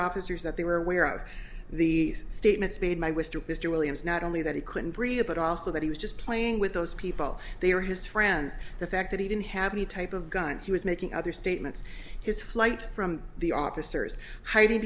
officers that they were aware of the statements made by was dubious to williams not only that he couldn't breathe but also that he was just playing with those people they were his friends the fact that he didn't have any type of gun he was making other statements his flight from the officers hiding